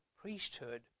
priesthood